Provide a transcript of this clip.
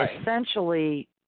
Essentially